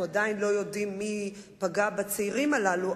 אנחנו עדיין לא יודעים מי פגע בצעירים הללו,